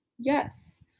Yes